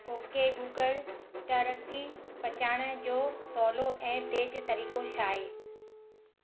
okay Google turkey पचायण जो सहुलो ऐं तेज़ु तरीको छा आहे